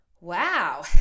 wow